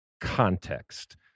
context